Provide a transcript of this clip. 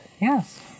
Yes